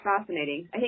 fascinating